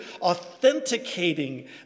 authenticating